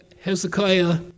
Hezekiah